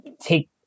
take